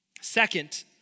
Second